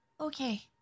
Okay